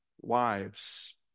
wives